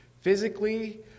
Physically